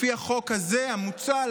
לפי החוק הזה המוצע,